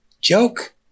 joke